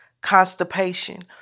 Constipation